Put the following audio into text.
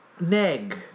neg